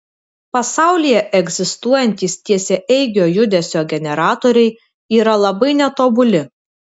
pasaulyje egzistuojantys tiesiaeigio judesio generatoriai yra labai netobuli